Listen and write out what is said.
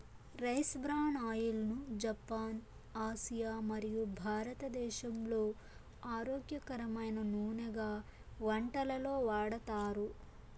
rice bran oil ను Japan, Asia మరియు భారతదేశంలో ఆరోగ్యకరమైన నూనెగా వంటలలో వాడతారు